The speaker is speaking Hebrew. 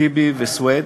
טיבי וסוייד,